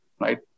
right